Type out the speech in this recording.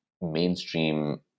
mainstream